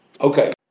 Okay